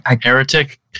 Heretic